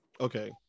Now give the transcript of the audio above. Okay